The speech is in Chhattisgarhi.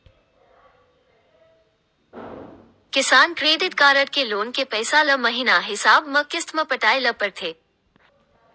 किसान क्रेडिट कारड के लोन के पइसा ल महिना हिसाब म किस्त म पटाए ल परथे